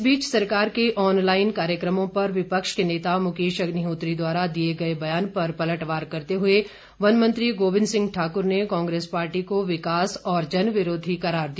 इस बीच सरकार के ऑनलाईन कार्यक्रमों पर विपक्ष के नेता मुकेश अग्निहोत्री द्वारा दिए गए बयान पर पलटवार करते हुए वन मंत्री गोविंद सिंह ठाकुर ने कांग्रेस पार्टी को विकास और जनविरोधी करार दिया